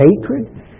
hatred